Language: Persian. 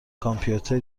کامپیوتر